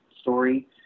story